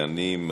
דיון.